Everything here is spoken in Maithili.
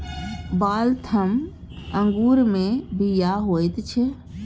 वाल्थम अंगूरमे बीया होइत छै